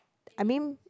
I mean